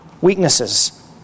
weaknesses